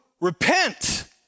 repent